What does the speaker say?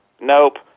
nope